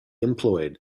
employed